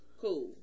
Cool